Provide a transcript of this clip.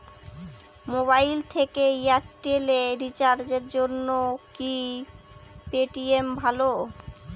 Mobile থেকে Airtel এ রিচার্জের জন্য কি পেটিএম ভালো?